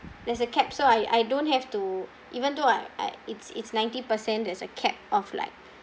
there's a cap so I I don't have to even though I I it's it's ninety percent there's a cap of like